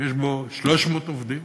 שיש בו 300 עובדים,